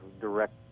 direct